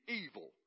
evil